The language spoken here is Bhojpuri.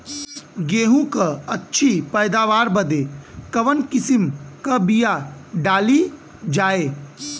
गेहूँ क अच्छी पैदावार बदे कवन किसीम क बिया डाली जाये?